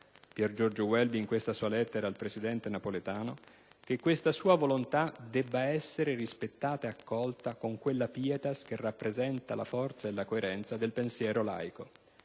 Piergiorgio Welby, in questa sua lettera al presidente Napolitano - «che questa sua volontà debba essere rispettata e accolta con quella *pietas* che rappresenta la forza e la coerenza del pensiero laico.